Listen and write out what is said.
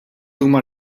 huma